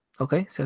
Okay